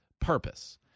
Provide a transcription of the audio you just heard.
purpose